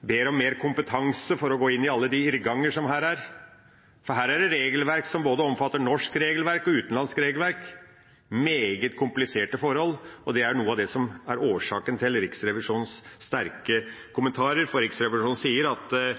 ber om mer kompetanse for å gå inn i alle de irrganger som er her, for her er det regelverk som omfatter både norsk regelverk og utenlandsk regelverk – meget kompliserte forhold. Det er noe av årsaken til Riksrevisjonens sterke kommentarer, for Riksrevisjonen